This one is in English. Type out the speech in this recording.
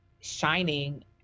shining